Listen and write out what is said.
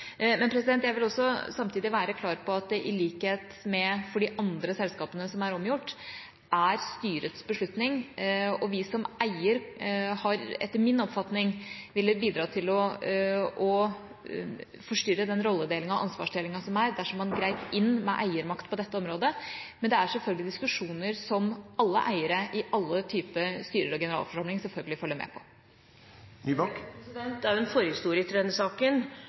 Jeg vil samtidig være klar på at i likhet med de andre selskapene som er omgjort, er det styrets beslutning. Vi som eier hadde etter min oppfatning bidratt til å forstyrre den rolledelingen og ansvarsdelingen dersom vi grep inn med eiermakt på dette området. Men det er selvfølgelig diskusjoner som alle eiere i alle typer styrer og generalforsamlinger selvfølgelig følger med på. Det er en forhistorie til denne saken.